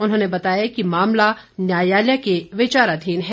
उन्होंने बताया कि मामला न्यायालय के विचाराधीन है